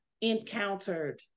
encountered